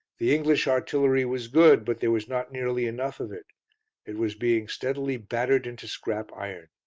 the english artillery was good, but there was not nearly enough of it it was being steadily battered into scrap iron.